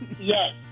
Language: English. Yes